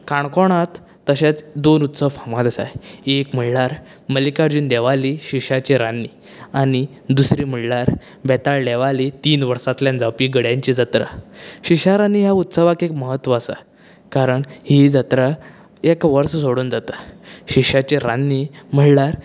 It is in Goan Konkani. काणकोणांत तशेंच दोन उत्सव फामाद आसाय एक म्हणल्यार मल्लिकार्जुन देवाली शिश्यांची रान्नीं आनी दुसरी म्हणल्यार बेताळ देवाली तीन वर्सांतल्यान जावपी गड्यांची जात्रा शिश्यां रान्नीं हें उत्सवाक एक म्हत्व आसा कारण ही जात्रा एक वर्स सोडून जाता शिश्याची रान्नीं म्हणल्यार